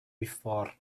before